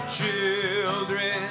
children